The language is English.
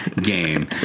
game